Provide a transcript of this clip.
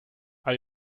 are